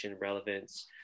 relevance